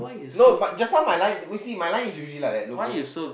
no but just now my line if you see my line is usually like that look look